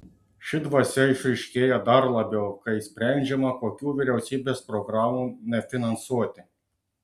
ši dvasia išryškėja dar labiau kai sprendžiama kokių vyriausybės programų nefinansuoti